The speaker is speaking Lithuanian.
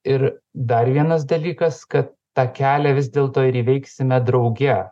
ir dar vienas dalykas kad tą kelią vis dėlto ir įveiksime drauge